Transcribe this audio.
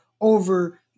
over